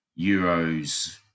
euros